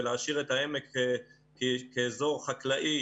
ולהשאיר את העמק כאזור חקלאי,